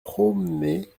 promener